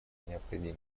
необходимы